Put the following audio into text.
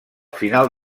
final